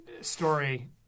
story